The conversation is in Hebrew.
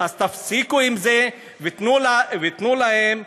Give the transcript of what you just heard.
אז תפסיקו עם זה ותנו להם,